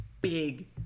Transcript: big